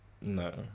No